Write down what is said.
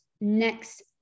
next